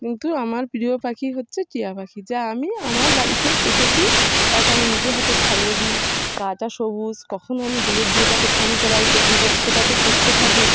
কিন্তু আমার প্রিয় পাখি হচ্ছে টিয়া পাখি যা আমি আমার বাড়িতে পুষেছি তাকে আমি নিজে হাতে খাইয়ে দিই গাটা সবুজ কখনও আমি হলুদ দিয়ে তাকে স্নান করাই তা যেটা সেটাতে সুস্থ থাকে